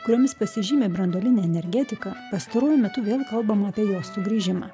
kuriomis pasižymi branduolinė energetika pastaruoju metu vėl kalbam apie jo sugrįžimą